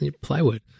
plywood